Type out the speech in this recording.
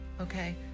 Okay